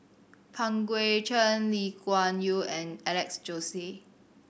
Pang Guek Cheng Lee Kuan Yew and Alex Josey